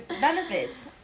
benefits